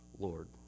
Lord